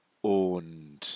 und